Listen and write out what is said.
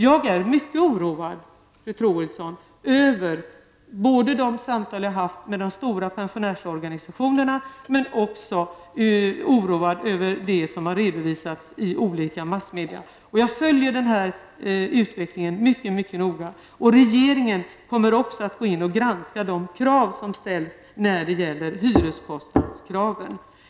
Jag är mycket oroad, fru Troedsson, över de samtal jag har haft med de stora pensionärsorganisationerna och det som har redovisats i olika massmedia. Jag följer denna utveckling mycket noga. Regeringen kommer också att gå in och granska de krav som ställs när det gäller hyreskostnaderna.